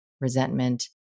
resentment